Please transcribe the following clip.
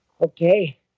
Okay